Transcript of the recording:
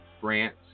France